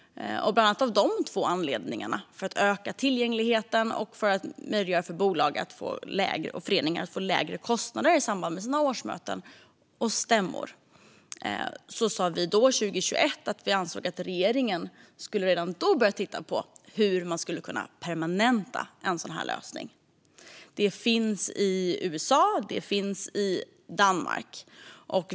Bland annat av dessa två anledningar, för att öka tillgängligheten och för att möjliggöra för bolag och föreningar att få lägre kostnader i samband med sina årsmöten och stämmor, sa vi 2021 att vi ansåg att regeringen redan då skulle börja titta på hur man skulle kunna permanenta en sådan lösning. Det finns i USA, och det finns i Danmark.